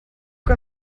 que